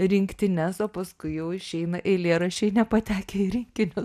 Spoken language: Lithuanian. rinktines o paskui jau išeina eilėraščiai nepatekę į rinkinius